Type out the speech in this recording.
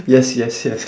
yes yes yes